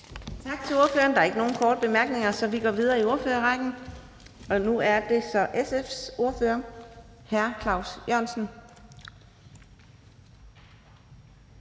Tak til ordføreren. Der er ikke nogen korte bemærkninger, så vi går videre i ordførerrækken. Det er nu SF's ordfører, hr. Claus Jørgensen.